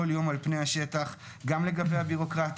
יום על פני השטח גם לגבי הביורוקרטיה,